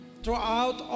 throughout